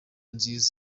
nziza